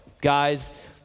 guys